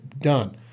done